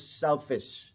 selfish